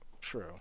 True